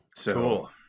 Cool